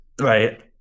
Right